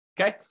Okay